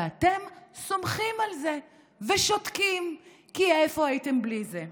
ואתם סומכים על זה ושותקים, כי איפה הייתם בלי זה?